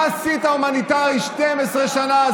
מה עשית הומניטרי 12 שנה?